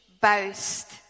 boast